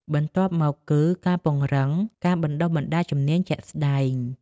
បន្ទាប់មកគឺ ការពង្រឹងការបណ្តុះបណ្តាលជំនាញជាក់ស្តែង។